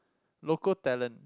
local talent